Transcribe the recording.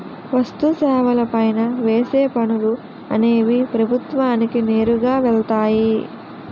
వస్తు సేవల పైన వేసే పనులు అనేవి ప్రభుత్వానికి నేరుగా వెళ్తాయి